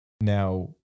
now